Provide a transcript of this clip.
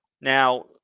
Now